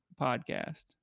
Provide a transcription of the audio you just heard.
podcast